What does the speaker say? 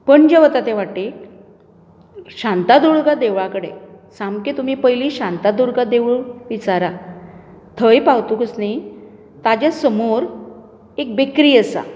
पणजे वता त्या वाटेक शांतादुर्गा देवळा कडेन सामकें तुमी पयलीं शांतादुर्गा देवूळ विचारा थंय पावतकूच न्ही ताज्या समोर एक बेकरी आसा